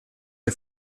der